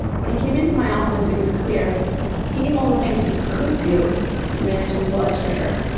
when he came into my office, it was clear he knew all the things he could do to manage his blood sugar.